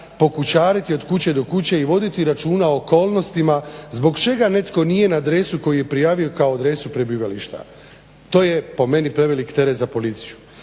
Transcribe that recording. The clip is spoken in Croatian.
pokućariti od kuće do kuće i voditi računa o okolnostima zbog čega netko nije na adresi koju je prijavio kao adresu prebivališta. To je po meni prevelik teret za policiju.